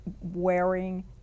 wearing